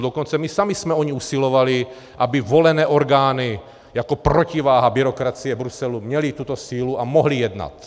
Dokonce my sami jsme o ni usilovali, aby volené orgány jako protiváha byrokracie v Bruselu měly tuto sílu a mohly jednat.